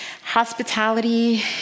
Hospitality